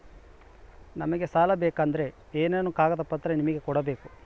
ನಮಗೆ ಸಾಲ ಬೇಕಂದ್ರೆ ಏನೇನು ಕಾಗದ ಪತ್ರ ನಿಮಗೆ ಕೊಡ್ಬೇಕು?